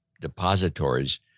depositories